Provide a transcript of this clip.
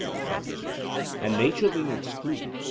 socrates and nature being excluded,